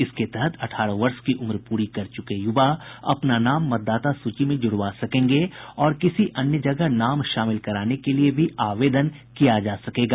इसके तहत अठारह वर्ष की उम्र पूरी कर चुके युवा अपना नाम मतदाता सूची में जुड़वा सकेंगे और किसी अन्य जगह नाम शामिल कराने के लिए भी आवेदन किया जा सकेगा